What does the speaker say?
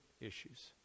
issues